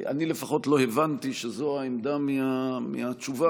לפחות, לא הבנתי שזו העמדה מהתשובה.